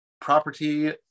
property